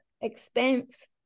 expense